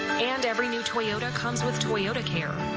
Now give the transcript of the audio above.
and every new toyota comes with toyotacare,